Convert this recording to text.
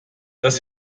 das